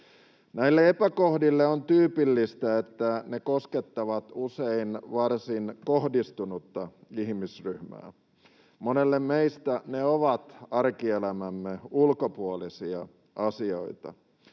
Näille epäkohdille on tyypillistä, että ne koskettavat usein varsin kohdistunutta ihmisryhmää. Monelle meistä ne ovat arkielämämme ulkopuolisia asioita.